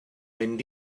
mynd